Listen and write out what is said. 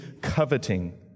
coveting